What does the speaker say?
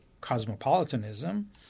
cosmopolitanism